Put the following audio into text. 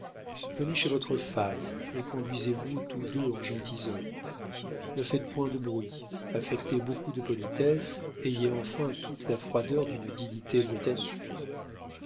venez chez votre femme et conduisez-vous tous deux en gentilshommes ne faites point de bruit affectez beaucoup de politesse ayez enfin toute la froideur d'une dignité britannique